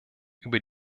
über